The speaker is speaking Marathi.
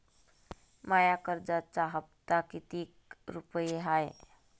माया कर्जाचा हप्ता कितीक रुपये हाय?